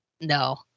No